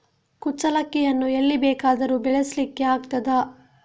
ಕುಚ್ಚಲಕ್ಕಿಯನ್ನು ಎಲ್ಲಿ ಬೇಕಾದರೂ ಬೆಳೆಸ್ಲಿಕ್ಕೆ ಆಗ್ತದ?